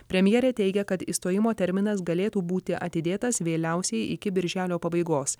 premjerė teigia kad išstojimo terminas galėtų būti atidėtas vėliausiai iki birželio pabaigos